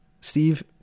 Steve